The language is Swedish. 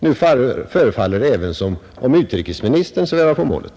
Nu förefaller det även som om utrikesministern svävar på målet.